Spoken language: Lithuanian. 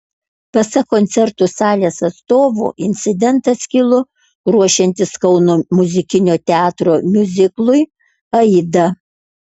pasak koncertų salės atstovų incidentas kilo ruošiantis kauno muzikinio teatro miuziklui aida